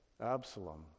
Absalom